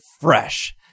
fresh